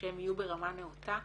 שיהיו ברמה נאותה,